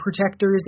protectors